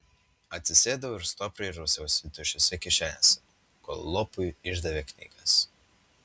atsisėdau ir stropiai rausiausi tuščiose kišenėse kol lopui išdavė knygas